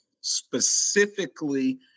specifically